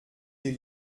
des